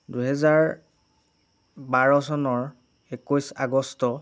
দুহেজাৰ বাৰ চনৰ একৈছ আগষ্ট